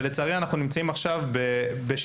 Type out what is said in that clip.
לצערי, אנחנו נמצאים עכשיו בשנה,